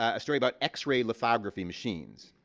a story about x-ray lithography machines.